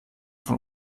von